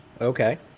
Okay